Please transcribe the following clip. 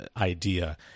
idea